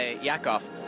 Yakov